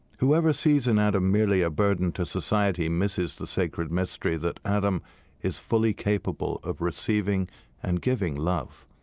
whoever sees in adam merely a burden to society misses the sacred mystery that adam is fully capable of receiving and giving love.